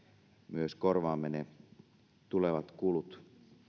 myös korvaamme ne tulevat kulut